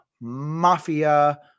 mafia